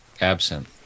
absent